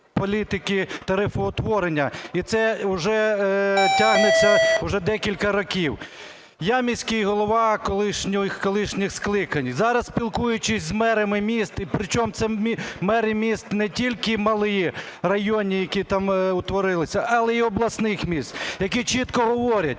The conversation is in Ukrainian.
політики тарифоутворення. І це вже тягнеться вже декілька років. Я міський голова колишніх скликань. Зараз спілкуючись з мерами міст, і при чому це мери міст не тільки малі, районні, які там утворилися, але й обласних міст, які чітко говорять,